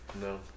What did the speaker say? No